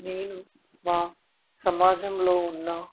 నేను మా సమాజంలో ఉన్న